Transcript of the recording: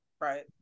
right